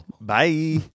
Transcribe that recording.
Bye